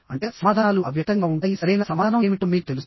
అంటే సమాధానాలు అవ్యక్తంగా ఉంటాయి సరైన సమాధానం ఏమిటో మీకు తెలుసు